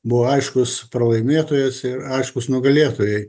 buvo aiškuspralaimėtojas ir aiškūs nugalėtojai